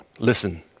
Listen